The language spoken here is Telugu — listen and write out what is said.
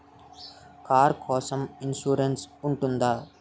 కారు కోసం ఇన్సురెన్స్ ఉంటుందా?